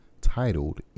titled